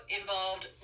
involved